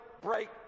break